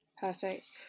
Perfect